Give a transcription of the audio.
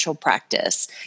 practice